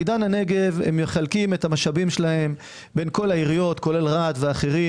בעידן הנגב הם מחלקים את המשאבים שלהם בין כל העיריות כולל רהט ואחרים,